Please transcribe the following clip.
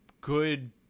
good